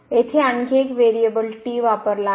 येथे आणखी एक व्हेरिएबल t वापरला आहे